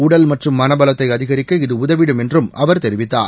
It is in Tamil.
உடல் மற்றும் மனபலத்தை அதிகரிக்க இது உதவிடும் என்றும் அவர் தெரிவித்தார்